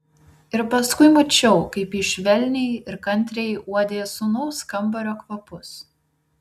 ir paskui mačiau kaip ji švelniai ir kantriai uodė sūnaus kambario kvapus